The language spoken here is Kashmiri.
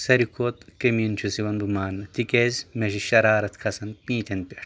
ساروٕے کھۄتہٕ کٔمیٖن چھُس بہٕ یِوان ماننہٕ تِکیازِ مےٚ چھِ شَرارتھ کھسان پیٖتین پٮ۪ٹھ